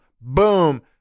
boom